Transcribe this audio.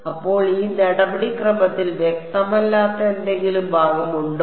അപ്പോൾ ഈ നടപടിക്രമത്തിൽ വ്യക്തമല്ലാത്ത എന്തെങ്കിലും ഭാഗമുണ്ടോ